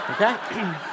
Okay